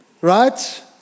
right